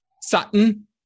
Sutton